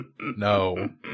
No